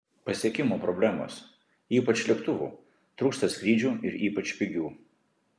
pasiekimo problemos ypač lėktuvų trūksta skrydžių ir ypač pigių